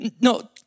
no